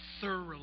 thoroughly